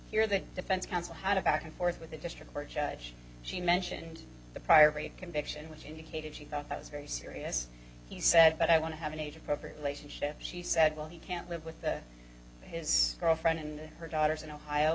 here the defense counsel had a back and forth with a district court judge she mentioned the prior rape conviction which indicated she thought i was very serious he said but i want to have an age appropriate relationship she said well he can't live with his girlfriend and her daughters in ohio